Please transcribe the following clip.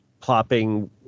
plopping